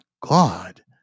God